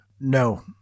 No